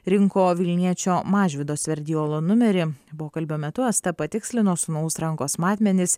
rinko vilniečio mažvydo sverdiolo numerį pokalbio metu asta patikslino sūnaus rankos matmenis